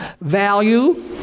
value